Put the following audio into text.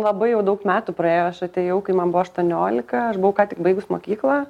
labai jau daug metų praėjo aš atėjau kai man buvo aštuoniolika aš buvau ką tik baigus mokyklą